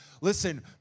Listen